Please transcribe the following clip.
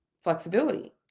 flexibility